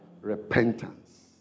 repentance